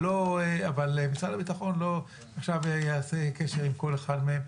אבל משרד הביטחון לא עכשיו יעשה קשר עם כל אחד מהם,